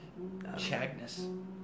Chagnus